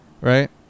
Right